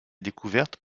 découverte